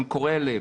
הם קורעי לב.